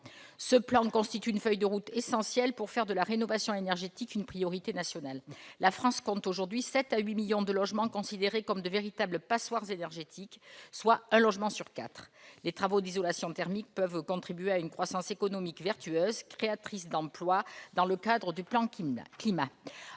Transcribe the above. ce plan constitue une feuille de route, essentielle pour faire de la rénovation énergétique une priorité nationale, la France compte aujourd'hui 7 à 8 millions de logements considérés comme de véritables passoires énergétiques soit logement sur IV, les travaux d'isolation thermique, peuvent contribuer à une croissance économique vertueuse créatrice d'emplois dans le cadre du plan qui